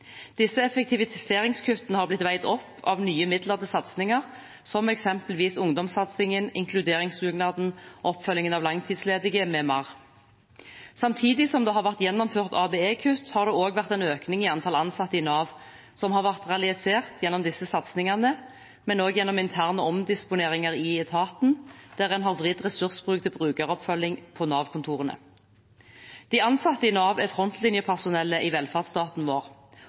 Disse effektiviseringskuttene er blitt veid opp av nye midler til satsinger, som eksempelvis ungdomssatsingen, inkluderingsdugnaden, oppfølgingen av langtidsledige, m.m. Samtidig som det har vært gjennomført ABE-kutt, har det også vært en økning i antall ansatte i Nav, noe som har vært realisert gjennom disse satsingene, men også gjennom interne omdisponeringer i etaten der en har vridd ressursbruk til brukeroppfølging på Nav-kontorene. De ansatte i Nav er frontlinjepersonellet i velferdsstaten vår